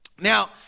Now